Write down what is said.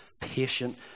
patient